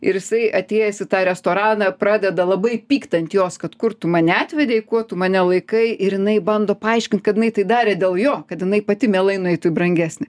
ir jisai atėjęs į tą restoraną pradeda labai pykt ant jos kad kur tu mane atvedei kuo tu mane laikai ir jinai bando paaiškint kad inai tai darė dėl jo kad jinai pati mielai nueitų į brangesnį